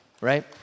Right